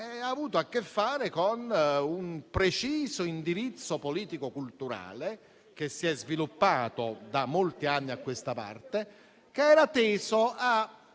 ha avuto a che fare con un preciso indirizzo politico-culturale che si è sviluppato da molti anni a questa parte, teso a